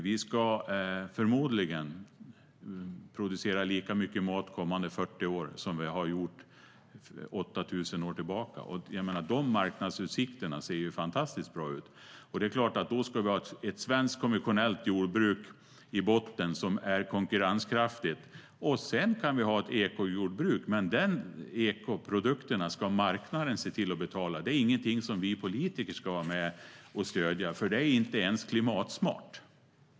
Vi ska förmodligen producera lika mycket mat under de kommande 40 åren som vi har gjort under 8 000 år tillbaka. De marknadsutsikterna ser fantastiskt bra ut. Då ska vi ha ett svenskt konventionellt jordbruk i botten som är konkurrenskraftigt. Sedan kan vi ha ett ekojordbruk, men dessa ekoprodukter ska marknaden se till att betala. Det är ingenting som vi politiker ska vara med och stödja, för det är inte ens klimatsmart.